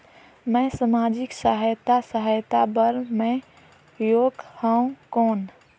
मैं समाजिक सहायता सहायता बार मैं योग हवं कौन?